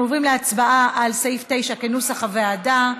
אנחנו עוברים להצבעה על סעיף 9, כנוסח הוועדה.